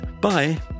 Bye